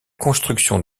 construction